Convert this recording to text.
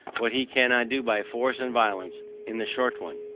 what he cannot do by force and violence in the short one.